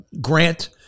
grant